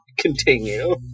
continue